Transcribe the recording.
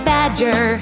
Badger